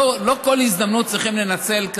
לא כל הזדמנות צריכים לנצל,